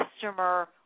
customer